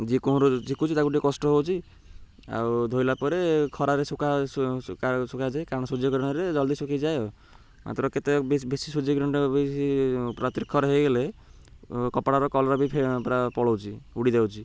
ଯିଏ କୂଅରୁ ଝିକୁଛି ତାକୁ ଟିକେ କଷ୍ଟ ହେଉଛି ଆଉ ଧୋଇଲା ପରେ ଖରାରେ ଶୁଖାଯାଏ କାରଣ ସୂର୍ଯ୍ୟ କିରଣରେ ଜଲ୍ଦି ଶୁଖିଯାଏ ମାତ୍ର କେତେ ବେଶୀ ସୂର୍ଯ୍ୟ କିରଣରେ ବେଶୀ ପ୍ରତି ଖରା ହେଇଗଲେ କପଡ଼ାର କଲର୍ବି ପୁରା ପଳଉଛି ଉଡ଼ି ଦଉଛି